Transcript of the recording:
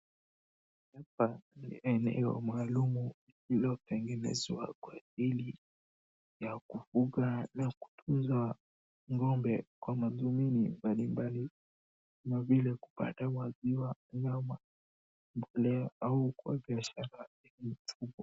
Hapa ni eneo maalum iliyotengenezwa kwa ajili ya kufuga na kutunza ng'ombe, kwa madhumuni mbalimbali kama vile kupata maziwa, nyama mbolea au kwa biashara ile kubwa.